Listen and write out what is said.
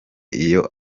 iyo